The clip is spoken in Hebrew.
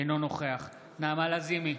אינו נוכח נעמה לזימי,